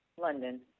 London